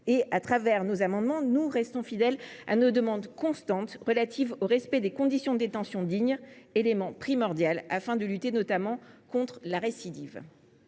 Au travers de nos amendements, nous restons fidèles à nos demandes constantes relatives au respect des conditions de détention dignes, élément primordial, notamment afin de lutter contre la récidive.